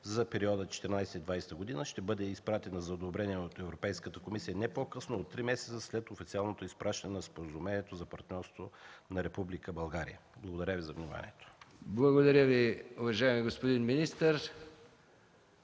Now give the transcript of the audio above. за периода 2014-2020 г., ще бъде изпратена за одобрение от Европейската комисия не по-късно от три месеца след официалното изпращане на Споразумението за партньорство на Република България. Благодаря Ви за вниманието. ПРЕДСЕДАТЕЛ МИХАИЛ МИКОВ: Благодаря Ви, уважаеми господин министър.